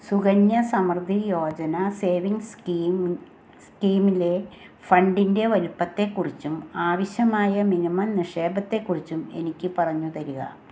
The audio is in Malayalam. സുകന്യ സമൃദ്ധി യോജന സേവിംഗ്സ് സ്കി സ്കീമിലെ ഫണ്ടിൻ്റെ വലുപ്പത്തെ കുറിച്ചും ആവശ്യമായ മിനിമം നിക്ഷേപത്തെ കുറിച്ചും എനിക്ക് പറഞ്ഞുതരിക